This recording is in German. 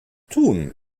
tun